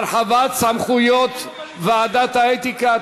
(הרחבת סמכויות ועדת האתיקה),